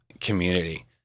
community